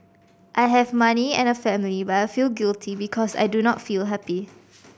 I have money and a family but I feel guilty because I do not feel happy